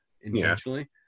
intentionally